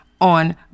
on